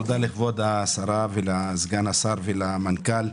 תודה לכבוד השרה, לסגן השר ולמנכ"ל.